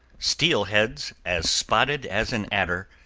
steel heads, as spotted as an adder,